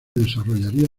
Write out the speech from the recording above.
desarrollaría